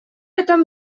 этом